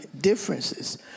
differences